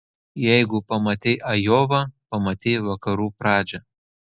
jeigu pamatei ajovą pamatei vakarų pradžią